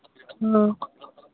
हाँ